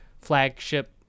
flagship